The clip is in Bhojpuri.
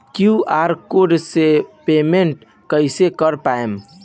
क्यू.आर कोड से पेमेंट कईसे कर पाएम?